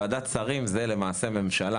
וועדת שרים זו למעשה ממשלה.